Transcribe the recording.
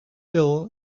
ill